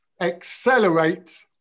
Accelerate